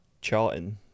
charting